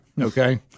okay